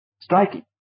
striking